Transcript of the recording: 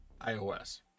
iOS